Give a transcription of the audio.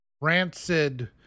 rancid